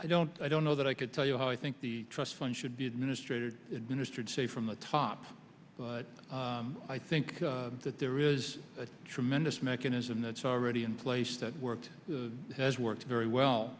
i don't i don't know that i could tell you how i think the trust fund should be administrator administered say from the top but i think that there is a tremendous mechanism that's already in place that work has worked very well